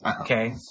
Okay